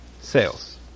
Sales